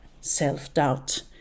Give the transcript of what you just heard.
self-doubt